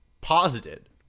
posited